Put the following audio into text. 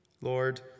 Lord